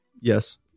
Yes